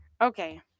Okay